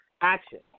action